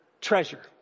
treasure